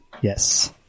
Yes